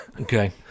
Okay